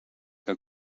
que